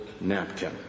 napkin